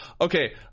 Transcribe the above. Okay